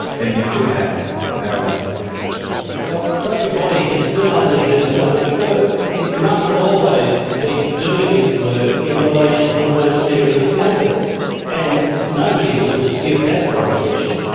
then you could have a parallel system of justice. well, such a body can still only do so much work. it must always be doing its work in relation to the most serious matters, and nobody would dispute that proposition.